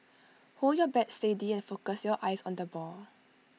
hold your bat steady and focus your eyes on the ball